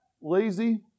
lazy